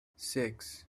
six